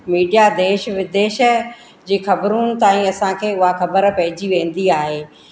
media देश विदेश जी ख़बरूं ताईं असांखे उहो ख़बर पइजी वेंदी आहे